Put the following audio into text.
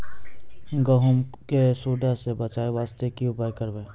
गहूम के सुंडा से बचाई वास्ते की उपाय करबै?